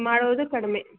ಮಾಡೋದು ಕಡ್ಮೆ